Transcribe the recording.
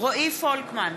רועי פולקמן,